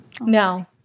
no